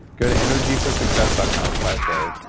go to energyforsuccess dot com slash dave.